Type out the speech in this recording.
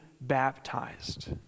baptized